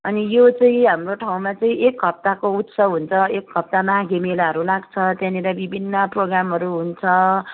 अनि यो चाहिँ हाम्रो ठाउँँमा चाहिँ एक हप्ताको उत्सव हुन्छ एक हप्ता माघे मेलाहरू लाग्छ त्यहाँनिर विभिन्न प्रोग्रामहरू हुन्छ